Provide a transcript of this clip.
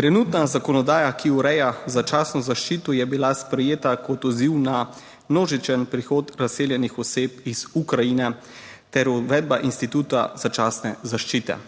...Trenutna zakonodaja, ki ureja začasno zaščito, je bila sprejeta kot odziv na množičen prihod razseljenih oseb iz Ukrajine ter uvedba Instituta začasne zaščite.